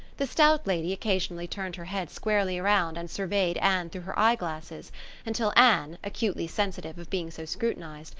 the stout lady occasionally turned her head squarely around and surveyed anne through her eyeglasses until anne, acutely sensitive of being so scrutinized,